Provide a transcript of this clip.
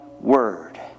word